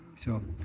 so,